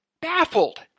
baffled